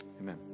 Amen